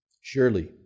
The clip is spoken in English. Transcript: Surely